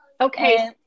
Okay